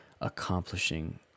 accomplishing